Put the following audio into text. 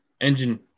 engine